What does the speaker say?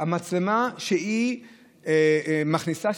המצלמה שמכניסה,